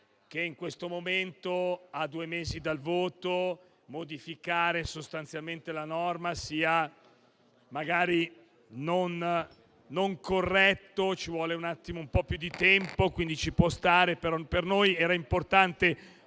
che in questo momento, a due mesi dal voto, modificare sostanzialmente la norma sia magari non corretto. Ci vuole un po' più di tempo e, quindi, ci può stare. Per noi, però, era importante